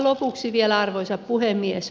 lopuksi vielä arvoisa puhemies